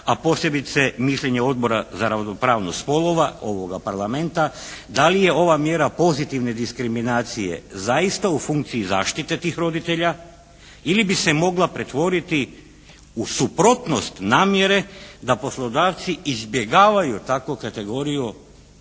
a posebice mišljenje Odbora za ravnopravnost spolova ovoga Parlamenta da li je ova mjera pozitivne diskriminacije zaista u funkciji zaštite tih roditelja ili bi se mogla pretvoriti u suprotnost namjere da poslodavci izbjegavaju takvu kategoriju